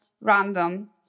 random